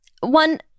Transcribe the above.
One